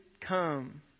come